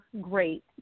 great